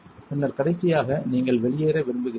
பின்னர் கடைசியாக நீங்கள் வெளியேற விரும்புகிறீர்கள்